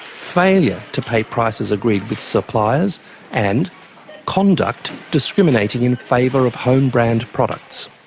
failure to pay prices agreed with suppliers and conduct discriminating in favour of home-brand products.